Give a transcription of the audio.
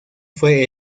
fue